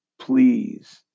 Please